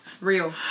Real